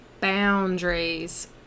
boundaries